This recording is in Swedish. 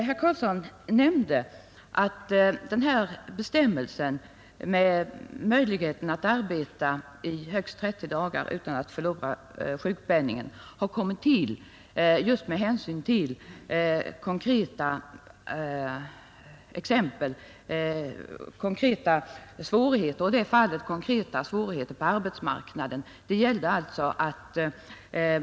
Herr Carlsson nämnde att bestämmelsen om möjligheten att arbeta i högst 30 dagar utan att förlora sjukpenningen har kommit till just med hänsyn till konkreta svårigheter på arbetsmarknaden.